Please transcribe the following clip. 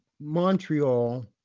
Montreal